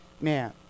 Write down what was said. man